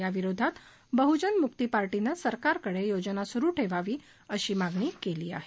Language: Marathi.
याविरोधात बहूजन मुक्ती पार्टीनं सरकारकडे योजना सुरू ठेवावी अशी मागणी केली आहे